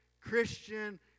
Christian